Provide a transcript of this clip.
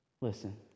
Listen